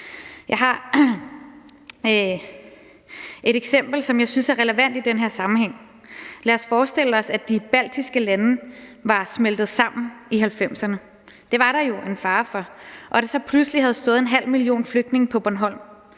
Jeg har et eksempel, som jeg synes er relevant i den her sammenhæng. Lad os forestille os, at de baltiske lande var smeltet sammen i 1990'erne – det var der jo en fare for – og der så pludselig havde stået en halv million flygtninge på Bornholm.